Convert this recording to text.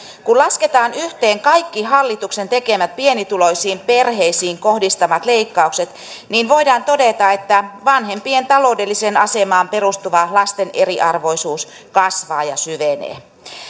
kun lasketaan yhteen kaikki hallituksen tekemät pienituloisiin perheisiin kohdistuvat leikkaukset niin voidaan todeta että vanhempien taloudelliseen asemaan perustuva lasten eriarvoisuus kasvaa ja syvenee